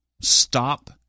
Stop